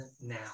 now